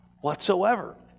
whatsoever